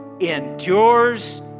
endures